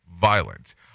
violence